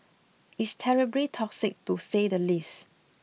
it's terribly toxic to say the least